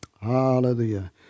Hallelujah